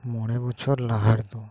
ᱢᱚᱲᱮ ᱵᱚᱪᱷᱚᱨ ᱞᱟᱦᱟ ᱨᱮᱫᱚ